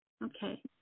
Okay